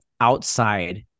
outside